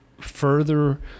further